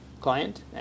client